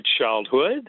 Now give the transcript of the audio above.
childhood